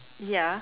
ya